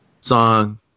song